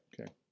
okay